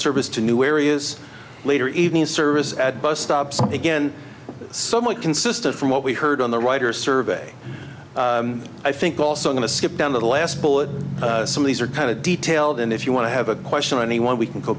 service to new areas later evening service at bus stops again somewhat consistent from what we heard on the writers survey i think we're also going to skip down to the last bullet some of these are kind of detailed and if you want to have a question anyone we can go